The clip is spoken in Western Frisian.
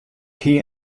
hie